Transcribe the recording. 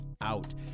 out